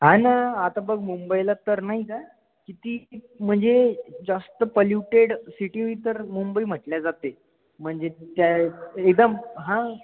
हा ना आता बघ मुंबईला तर नाही का किती म्हणजे जास्त पोल्युटेड सिटी तर मुंबई म्हटली जाते म्हणजे त्या एकदम हा